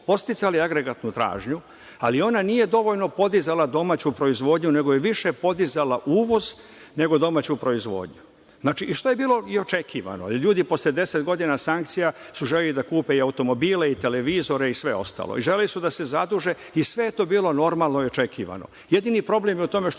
podsticali agregatnu tražnju, ali ona nije dovoljno podizala domaću proizvodnju, nego je više podizala uvoz, nego domaću proizvodnju. Što je bilo i očekivano, jer ljudi posle deset godina sankcija su želeli da kupe i automobile i televizore i sve ostalo i želeli su da se zaduže i sve je to bilo normalno i očekivano. Jedini problem je u tome što